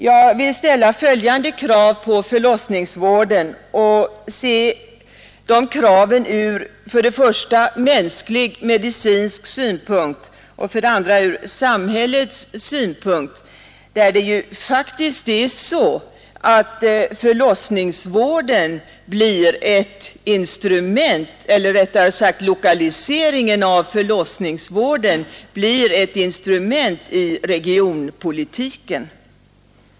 Jag vill ställa följande krav på förlossningsvården för det första ur mänsklig medicinsk synpunkt och för det andra ur samhällets synpunkt — det är ju så att lokaliseringen av förlossningsvården blir ett instrument i regionpolitiken.